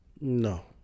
No